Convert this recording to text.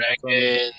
dragon